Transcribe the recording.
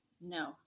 no